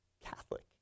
Catholic